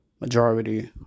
majority